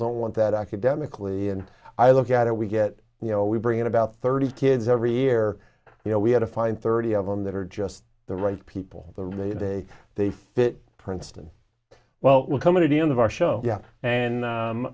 don't want that academically and i look at it we get you know we bring in about thirty kids every year you know we had a fine thirty of them that are just the right people the way they fit princeton well coming to the end of our show yeah and